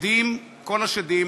כל השדים